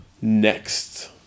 Next